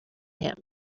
him